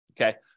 okay